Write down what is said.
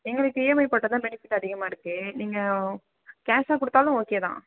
எங்களுக்கு இஎம்ஐ போட்டால்தான் பெனிஃபிட் அதிகமாக இருக்குது நீங்கள் கேஷாக கொடுத்தாலும் ஓகே தான்